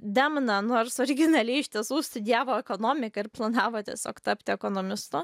demna nors originaliai iš tiesų studijavo ekonomiką ir planavo tiesiog tapti ekonomistu